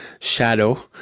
shadow